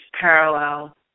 parallel